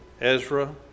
Ezra